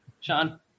Sean